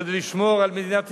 כדי לשמור על מדינת ישראל,